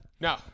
No